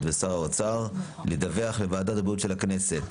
ושר האוצר לדווח לוועדת הבריאות של הכנסת,